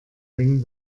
ring